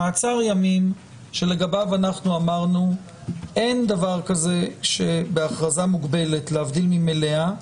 מעצר ימים שלגביו אנחנו אמרנו אין דבר כזה שבהכרזה מוגבלת להבדיל ממלאה,